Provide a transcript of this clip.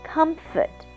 Comfort